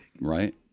Right